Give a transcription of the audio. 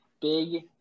big